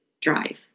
drive